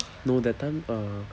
no that time uh